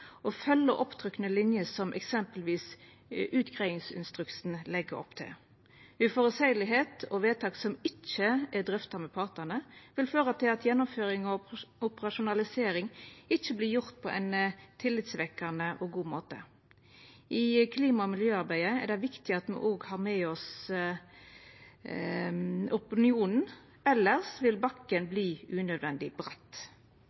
linjer som eksempelvis utgreiingsinstruksen legg opp til. Uvisse og vedtak som ikkje er drøfta med partane, vil føra til at gjennomføring og operasjonalisering ikkje vert gjorde på ein tillitvekkjande og god måte. I klima- og miljøarbeidet er det viktig at me òg har med oss opinionen, elles vil bakken